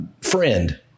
friend